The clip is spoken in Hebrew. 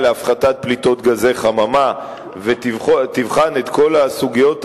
להפחתת פליטות גזי חממה ותבחן את כל הסוגיות המתחייבות,